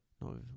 No